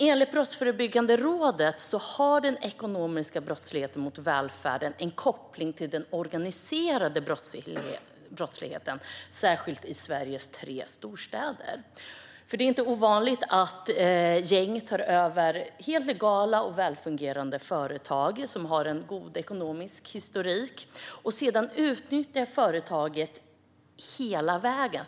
Enligt Brottsförebyggande rådet har den ekonomiska brottslighet som riktas mot välfärden nämligen en koppling till den organiserade brottsligheten, särskilt i Sveriges tre storstäder. Det är inte ovanligt att gäng tar över helt legala och välfungerande företag, som har en god ekonomisk historik, och sedan utnyttjar dem hela vägen.